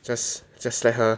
just just let her